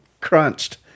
crunched